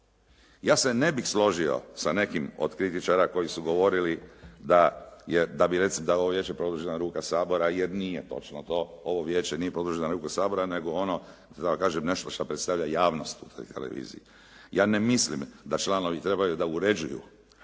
Ja se ne bih složio sa nekim od kritičara koji su govorili da je ovo vijeće produžena ruka Sabora jer nije točno to. Ovo vijeće nije produžena ruka Sabora nego ono da tako kažem, nešto što predstavlja javnost u toj televiziji. Ja ne mislim da članovi trebaju da uređuju